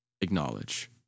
acknowledge